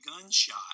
gunshot